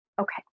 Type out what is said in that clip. okay